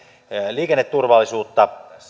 liikenneturvallisuutta